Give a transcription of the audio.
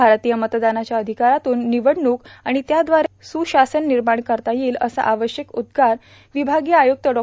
भारतीय मतदानाच्या अधिकारातून निवडणूक आर्ण त्यादवारे सुशासन निमाण करता येईल असं आश्वासक उद्गार र्वभागीय आयुक्त डॉ